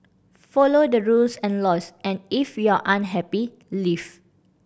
follow the rules and laws and if you're unhappy leave